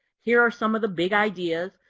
here are some of the big ideas.